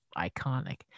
iconic